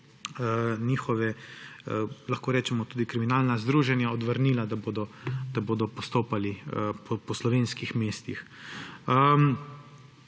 lahko rečem, tudi kriminalna združenja odvrnila, da bodo postopali po slovenskih mestih.